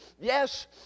yes